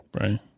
Right